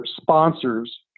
sponsors